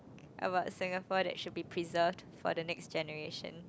about Singapore that should be preserved for the next generation